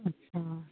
अच्छा